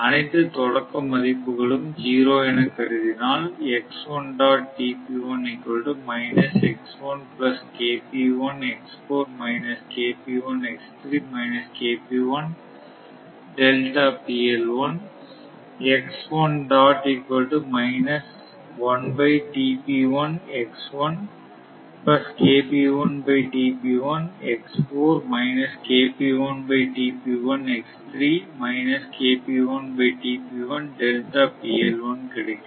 அனைத்து தொடக்க மதிப்புகளும் ஜீரோ எனக் கருதினால் கிடைக்கும்